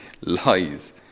lies